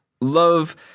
love